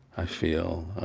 i feel